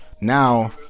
Now